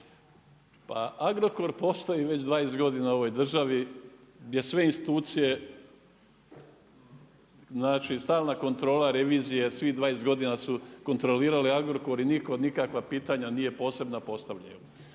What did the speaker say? Pa Agrokor postoji već 20 godina u ovoj državi, gdje sve institucije, znači stalna kontrola, revizije, svih 20 godina su kontrolirale Agrokor i nitko nikakva pitanja nije posebno postavljao.